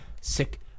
sick